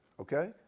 okay